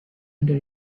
enter